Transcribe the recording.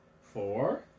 Four